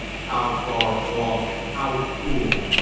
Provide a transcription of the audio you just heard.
how far off, how cool,